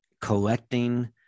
collecting